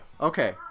Okay